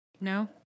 no